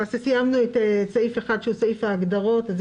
למעשה סיימנו את תקנה 1, שהיא תקנת ההגדרות.